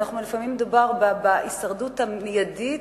לפעמים מדובר בהישרדות המיידית,